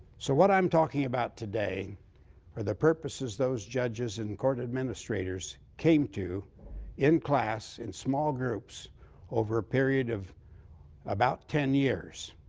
so what i'm talking about today are the purposes those judges and court administrators came to in class in small groups over a period of about ten years.